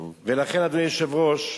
לכן, אדוני היושב-ראש,